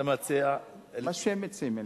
אתה מציע, מה שהם מציעים.